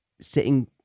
sitting